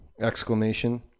Exclamation